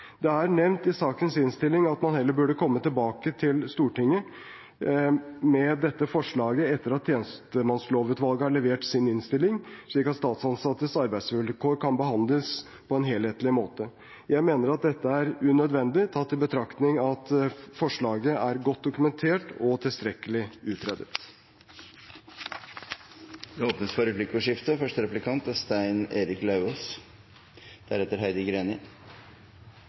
Det er nevnt i sakens innstilling at man heller burde komme tilbake til Stortinget med dette forslaget etter at tjenestemannslovutvalget har levert sin rapport, slik at statsansattes arbeidsvilkår kan behandles på en helhetlig måte. Jeg mener at dette er unødvendig tatt i betraktning at forslaget er godt dokumentert og tilstrekkelig utredet. Det blir replikkordskifte. Til det siste statsråden sa: Det er